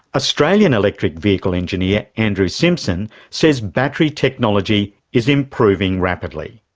australian electric vehicle engineer, andrew simpson, says battery technology is improving rapidly.